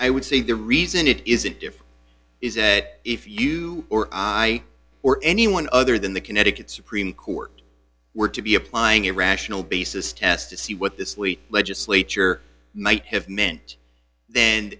i would say the reason it isn't different is that if you or i or anyone other than the connecticut supreme court were to be applying a rational basis test to see what this week legislature might have meant then